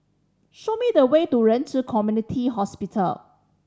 show me the way to Ren Ci Community Hospital